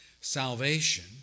Salvation